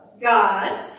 God